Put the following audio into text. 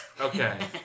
Okay